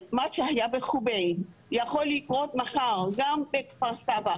שמה שהיה בחוביי יכול לקרות מחר גם בכפר סבא,